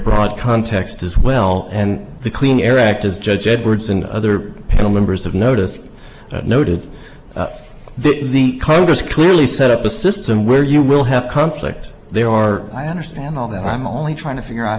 broad context as well and the clean air act as judge edwards and other panel members of notice noted that the congress clearly set up a system where you will have conflict there are i understand all that i'm only trying to figure out